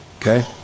Okay